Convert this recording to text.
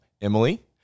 Emily